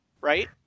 right